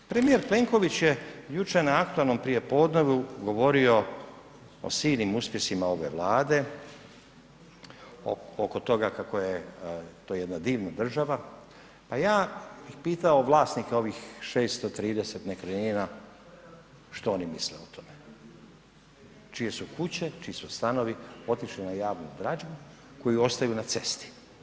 Premijer Plenković je jučer na aktualnom prijepodnevu govorio o silnim uspjesima ove Vlade oko toga kako je to jedna divna država, a bi pitao vlasnike ovih 630 nekretnina što oni misle o tome, čije su kuće, čiji su stanovi otišli na javnoj dražbi koji ostaju na cesti.